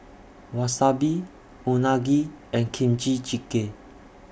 Wasabi Unagi and Kimchi Jjigae